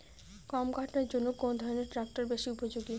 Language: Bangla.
গম কাটার জন্য কোন ধরণের ট্রাক্টর বেশি উপযোগী?